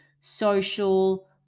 social